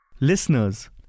Listeners